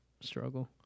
struggle